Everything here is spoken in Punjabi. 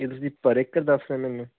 ਇਹ ਤੁਸੀਂ ਪਰ ਏਕੜ ਦੱਸ ਰਹੇ ਮੈਨੂੰ